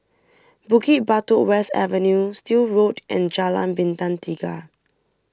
Bukit Batok West Avenue Still Road and Jalan Bintang Tiga